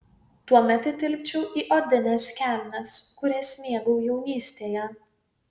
tuomet įtilpčiau į odines kelnes kurias mėgau jaunystėje